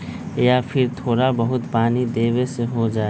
या फिर थोड़ा बहुत पानी देबे से हो जाइ?